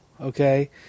Okay